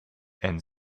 and